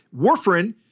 warfarin